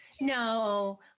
no